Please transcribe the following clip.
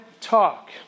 Talk